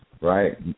right